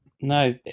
no